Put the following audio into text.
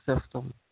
system